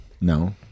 No